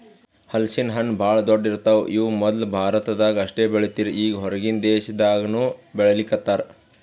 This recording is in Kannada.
ಹಲಸಿನ ಹಣ್ಣ್ ಭಾಳ್ ದೊಡ್ಡು ಇರ್ತವ್ ಇವ್ ಮೊದ್ಲ ಭಾರತದಾಗ್ ಅಷ್ಟೇ ಬೆಳೀತಿರ್ ಈಗ್ ಹೊರಗಿನ್ ದೇಶದಾಗನೂ ಬೆಳೀಲಿಕತ್ತಾರ್